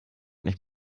nicht